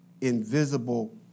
invisible